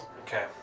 Okay